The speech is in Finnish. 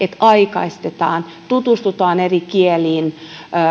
aikaistetaan tutustutaan eri kieliin